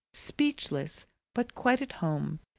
speechless but quite at home,